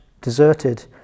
deserted